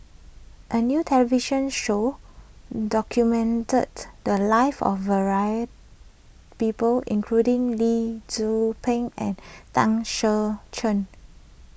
a new television show documented the lives of people including Lee Tzu Pheng and Tan Ser Cher